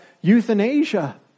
euthanasia